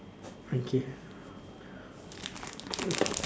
okay